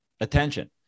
attention